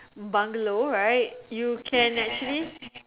bungalow right you can actually